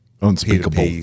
unspeakable